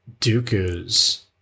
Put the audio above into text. Dooku's